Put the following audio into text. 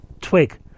twig